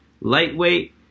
Lightweight